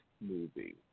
movie